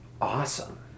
awesome